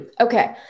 Okay